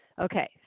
Okay